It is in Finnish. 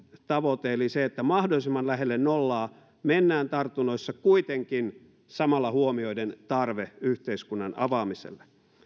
eli se että mahdollisimman lähelle nollaa mennään tartunnoissa kuitenkin samalla huomioiden tarve yhteiskunnan avaamiselle